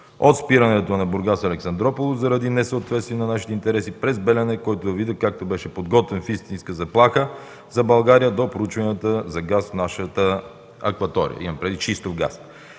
от спирането на „Бургас – Александруполис” заради несъответствие на нашите интереси, през „Белене”, който във вида, както беше подготвен, е истинска заплаха за България, до проучванията за газ в нашата акватория, имам предвид шистов газ.